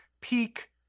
peak